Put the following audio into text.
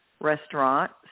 restaurant